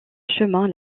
chemin